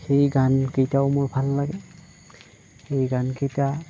সেই গানকেইটাও মোৰ ভাল লাগে